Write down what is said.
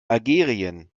algerien